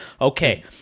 Okay